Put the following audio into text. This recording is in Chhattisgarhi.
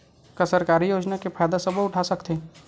का सरकारी योजना के फ़ायदा सबो उठा सकथे?